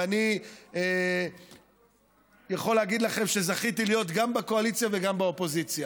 ואני יכול להגיד לכם שזכיתי להיות גם בקואליציה וגם באופוזיציה,